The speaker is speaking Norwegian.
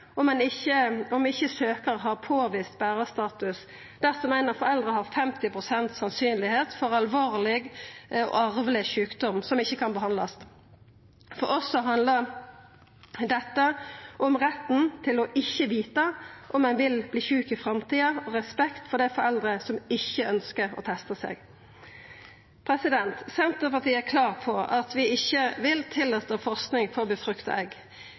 om at det kan innvilgast PDG sjølv om ikkje søkjar har påvist berarstatus, dersom ein av foreldra har 50 pst. sannsynlegheit for alvorleg arveleg sjukdom som ikkje kan behandlast. For oss handlar dette om retten til ikkje å vita om ein vil verta sjuk i framtida, og om respekt for dei foreldra som ikkje ønskjer å testa seg. Senterpartiet er klar på at vi ikkje vil tillata forsking på befrukta egg.